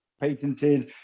patented